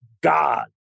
god